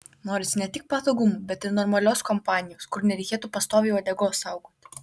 norisi ne tik patogumų bet ir normalios kompanijos kur nereikėtų pastoviai uodegos saugoti